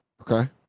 okay